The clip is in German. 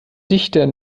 dichter